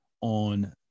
on